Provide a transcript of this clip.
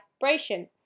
vibration